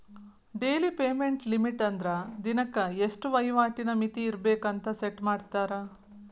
daily payment limit ಅಂದ್ರ ದಿನಕ್ಕೆ ಇಷ್ಟ ವಹಿವಾಟಿನ್ ಮಿತಿ ಇರ್ಬೆಕ್ ಅಂತ ಸೆಟ್ ಮಾಡಿರ್ತಾರ